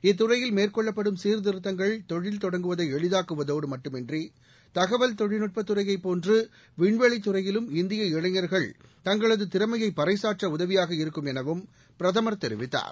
இத்துறையில் மேற்கொள்ளப்படும் சீர்த்திருத்தங்கள் தொழில் தொடங்குவதை எளிதாக்குவதோடு மட்டுமன்றி தகவல் தொழில் நுட்பத் துறையை போன்று விண்வெளி துறையிலும் இந்திய இளைஞா்கள் தங்களது திறமையை பரைசாற்ற உதவியாக இருக்கும் எனவும் பிரதமர் தெரிவித்தார்